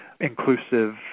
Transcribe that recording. inclusive